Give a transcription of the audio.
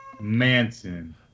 Manson